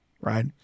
right